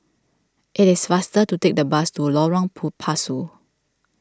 it is faster to take the bus to Lorong Pu Pasu